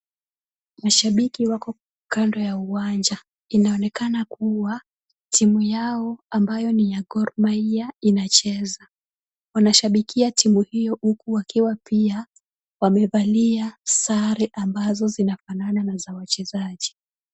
Mashabiki wako kando ya uwanja, inaonekana kuwa timu yao ambayo ni ya gormahia inacheza. Wanashabikia timu hiyo wakiwa pia wamevalia sare ambazo zinafanana na za wachezaji.